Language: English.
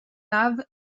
love